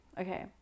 okay